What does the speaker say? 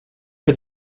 for